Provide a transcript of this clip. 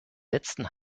letzten